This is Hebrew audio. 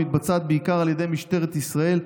המתבצעת בעיקר על ידי משטרת ישראל,